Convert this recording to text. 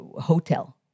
hotel